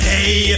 Hey